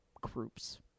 groups